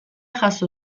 jaso